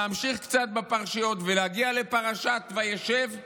להמשיך קצת בפרשיות ולהגיע לפרשת וישב,